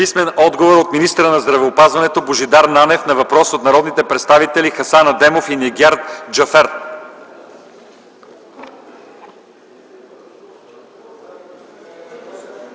писмен отговор от министъра на здравеопазването Божидар Нанев на въпрос от народните представители Хасан Адемов и Нигяр Джафер;